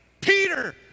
Peter